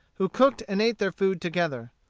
who cooked and ate their food together.